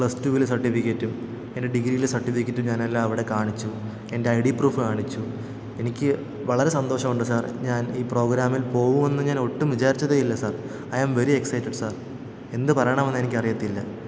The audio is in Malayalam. പ്ലെസ് റ്റുവിലെ സർട്ടിഫിക്കറ്റും എൻ്റെ ഡിഗ്രിയിലെ സർട്ടിഫിക്കറ്റും ഞാനെല്ലാം അവടെക്കാണിച്ചു എൻ്റെ ഐ ഡി പ്രൂഫ് കാണിച്ചു എനിക്ക് വളരെ സന്തോഷമുണ്ട് സാർ ഞാൻ ഈ പ്രോഗ്രാമിൽ പോവുമെന്ന് ഞാനൊട്ടും വിചാരിച്ചതേ ഇല്ല sir I'm very excited sir എന്ത് പറയണമെന്നെനിക്കറിയത്തില്ല